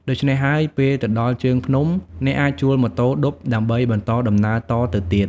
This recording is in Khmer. ដូច្នេះហើយ ពេលទៅដល់ជើងភ្នំ អ្នកអាចជួលម៉ូតូឌុបដើម្បីបន្តដំណើរតទៅទៀត។